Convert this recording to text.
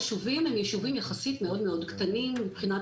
היישובים הם יישובים יחסית מאוד קטנים מבחינת